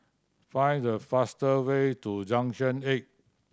find the faster way to Junction Eight